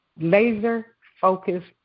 Laser-focused